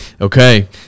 okay